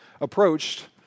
approached